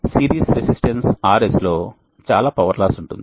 series resistance RSలో చాలా power loss ఉంటుంది